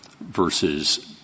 versus